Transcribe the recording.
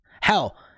Hell